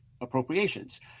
appropriations